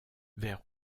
vers